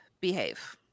behave